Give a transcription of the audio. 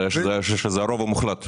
אני חושב שזה הרוב המוחלט.